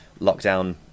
lockdown